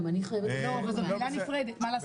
אבל זאת מילה נפרדת, מה לעשות?